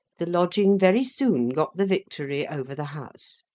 the lodging very soon got the victory over the house.